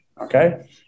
okay